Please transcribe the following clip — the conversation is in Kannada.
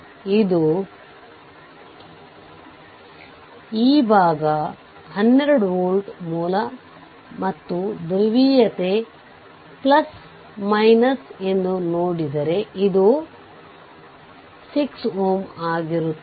ಇಲ್ಲಿ KVL ನ್ನು ತೆಗೆದುಕೊಂಡರೆ